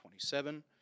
27